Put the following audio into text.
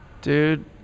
dude